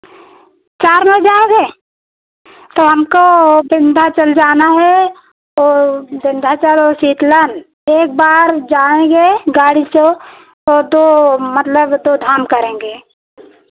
चार में हो जाएंगे तो हमको विंध्याचल जाना है तो विंध्याचल और सीतलन एक बार जाएंगे गाड़ी से और दो मतलब दो धाम करेंगे